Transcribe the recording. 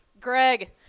Greg